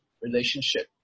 relationship